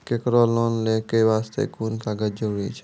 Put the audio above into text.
केकरो लोन लै के बास्ते कुन कागज जरूरी छै?